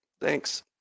Thanks